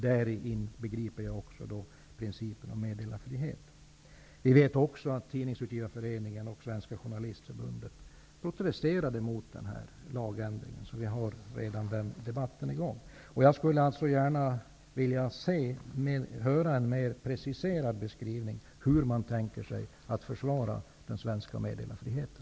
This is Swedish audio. Däri inbegriper jag också principen om meddelarfrihet. Vi vet också att Tidningsutgivarföreningen och Svenska journalistförbundet protesterade mot denna lagändring, så den debatten är redan i gång. Jag skulle gärna vilja höra en mer preciserad beskrivning av hur man tänker sig att försvara den svenska meddelarfriheten.